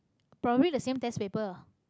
probably the same test paper